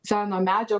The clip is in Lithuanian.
seno medžio